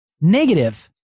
negative